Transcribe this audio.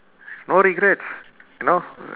no regrets you know